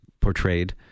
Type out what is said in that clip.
portrayed